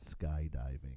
skydiving